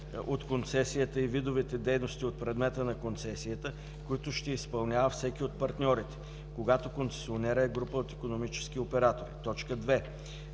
от концесията и видовете дейности от предмета на концесията, които ще изпълнява всеки от партньорите – когато концесионерът е група от икономически оператори; 2.